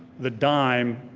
the dime,